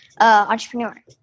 entrepreneur